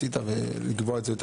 ניסית גם לקבוע את הדיון כמה פעמים,